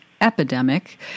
epidemic